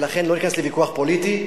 לא אכנס לוויכוח פוליטי,